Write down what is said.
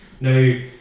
Now